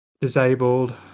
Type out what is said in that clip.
disabled